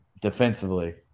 defensively